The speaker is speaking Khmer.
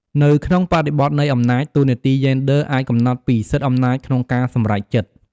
នៅក្នុងបរិបទនៃអំណាច តួនាទីយេនឌ័រអាចកំណត់ពី សិទ្ធិអំណាច ក្នុងការសម្រេចចិត្ត។